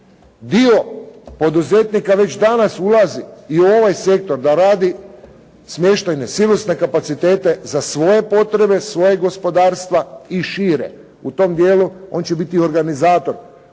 Dio poduzetnika već danas ulazi i u ovaj sektor da radi smještajne silosne kapacitete za svoje potrebe, svojeg gospodarstva i šire. U tom dijelu on će biti organizator,